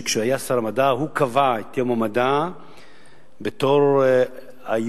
שכשהיה שר המדע קבע את יום המדע בתור היום,